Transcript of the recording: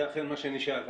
זה אכן מה שנשאל.